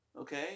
okay